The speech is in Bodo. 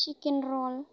चिकेन रल